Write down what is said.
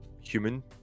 human